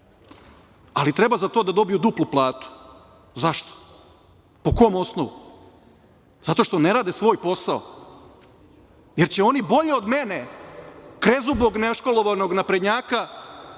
Ali, treba za to da dobiju duplu platu, zašto, po kom osnovu? Zato što ne rade svoj posao? Jel će oni bolje od mene, krezubog, neškolovanog naprednjaka